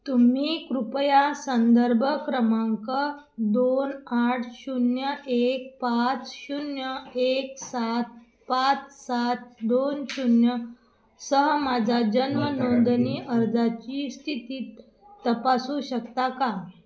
तुम्ही कृपया संदर्भ क्रमांक दोन आठ शून्य एक पाच शून्य एक सात पाच सात दोन शून्य सह माझा जन्म नोंदणी अर्जाची स्थितीत तपासू शकता का